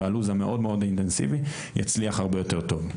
והלו"ז המאוד אינטנסיבי יצליח הרבה יותר טוב.